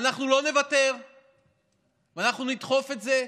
ואנחנו לא נוותר ואנחנו נדחוף את זה,